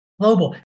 global